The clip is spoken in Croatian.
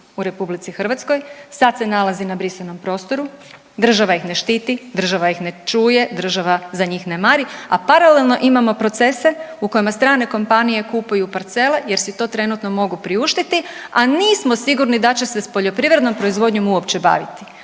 u Republici Hrvatskoj. Sad se nalazi na brisanom prostoru. Država ih ne štiti, država ih ne čuje, država za njih ne mari a paralelno imamo procese u kojima strane kompanije kupuju parcele jer si to trenutno mogu priuštiti, a nismo sigurni da će se s poljoprivrednom proizvodnjom uopće baviti.